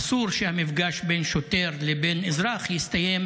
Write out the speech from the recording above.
אסור שהמפגש בין שוטר לבין אזרח יסתיים